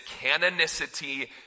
canonicity